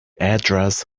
address